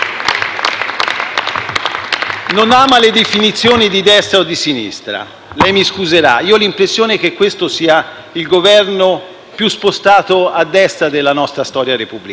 non ama le definizioni di destra e sinistra. Lei mi scuserà, ma ho l'impressione che questo sia il Governo più spostato a destra della nostra storia repubblicana: